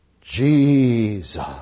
Jesus